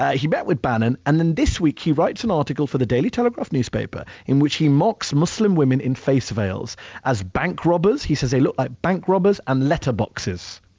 ah he met with bannon, and then this week, he writes an article for the daily telegraph newspaper in which he mocks muslim women in face veils as bank robbers. he says they look like bank robbers and letterboxes.